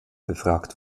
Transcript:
befragt